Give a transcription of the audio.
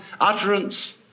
utterance